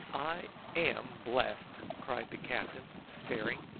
i am blessed, cried the captain staring.